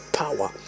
power